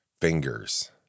fingers